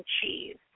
cheese